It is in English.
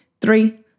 three